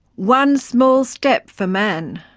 one small step for man,